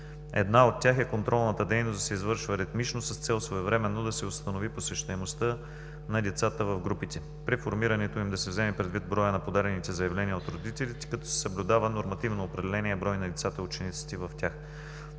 Една от тях е контролната дейност да се извършва ритмично с цел своевременно да се установи посещаемостта на лицата в групите. При формирането им да се вземе предвид броят на подадените заявления от родителите, като се съблюдава нормативно определеният брой на лицата – учениците в тях.